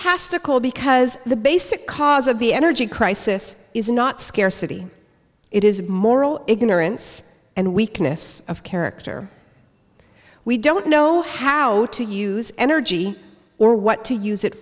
fantastical because the basic cause of the energy crisis is not scarcity it is a moral ignorance and weakness of character we don't know how to use energy or what to use it